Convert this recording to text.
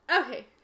Okay